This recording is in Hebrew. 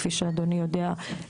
כפי שאדוני יודע,